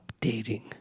updating